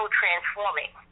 transforming